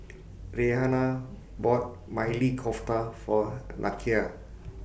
Reanna bought Maili Kofta For Nakia